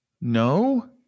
no